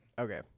Okay